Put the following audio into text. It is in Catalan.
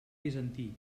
bizantí